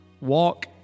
walk